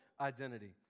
identity